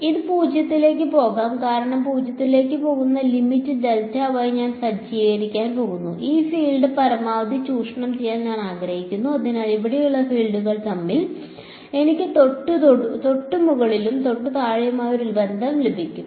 ഇത് 0 ലേക്ക് പോകും കാരണം 0 ലേക്ക് പോകുന്ന ലിമിറ്റ് ഞാൻ സജ്ജീകരിക്കാൻ പോകുന്നു ഈ ഫീൽഡ് പരമാവധി ചൂഷണം ചെയ്യാൻ ഞാൻ ആഗ്രഹിക്കുന്നു അതിനാൽ ഇവിടെയുള്ള ഫീൽഡുകൾ തമ്മിൽ എനിക്ക് തൊട്ടു മുകളിലും തൊട്ടു താഴെയുമായി ഒരു ബന്ധം ലഭിക്കും